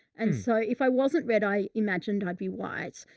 and so if i wasn't red, i imagined i'd be white.